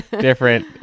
different